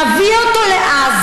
ענת ברקו (הליכוד): נביא אותו לעזה,